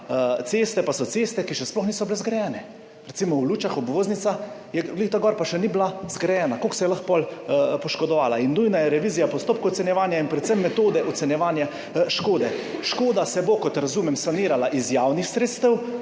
ceste pa so ceste, ki še sploh niso bile zgrajene. Recimo, obvoznica v Lučah je na seznamu, pa še ni bila zgrajena. Kako se je lahko potem poškodovala? In nujna je je revizija postopka ocenjevanja in predvsem metode ocenjevanja škode. Škoda se bo, kot razumem, sanirala iz javnih sredstev,